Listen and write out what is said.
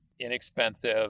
inexpensive